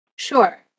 Sure